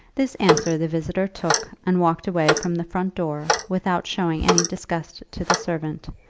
this answer the visitor took and walked away from the front door without showing any disgust to the servant,